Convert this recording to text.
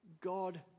God